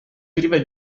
prive